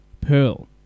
Pearl